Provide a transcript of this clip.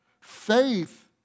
Faith